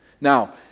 Now